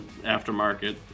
aftermarket